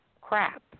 crap